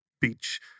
beach